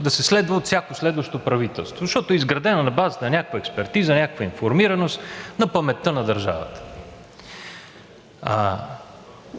да се следва от всяко следващо правителство, защото е изградено на базата на някаква експертиза, на някаква информираност, на паметта на държавата.